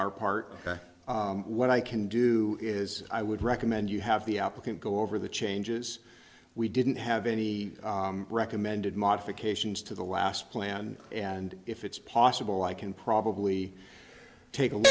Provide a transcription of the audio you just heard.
part what i can do is i would recommend you have the applicant go over the changes we didn't have any recommended modifications to the last plan and if it's possible i can probably take a